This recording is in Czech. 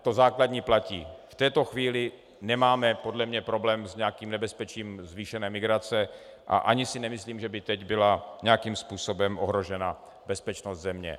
To základní ale platí: v této chvíli podle mne nemáme problém s nějakým nebezpečím zvýšené migrace a ani si nemyslím, že by teď byla nějakým způsobem ohrožena bezpečnost země.